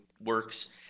works